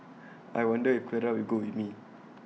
I wonder if Clara will go with me